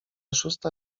szósta